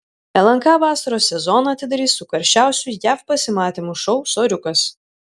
lnk vasaros sezoną atidarys su karščiausiu jav pasimatymų šou soriukas